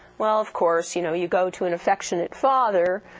well of course, you know you go to an affectionate father,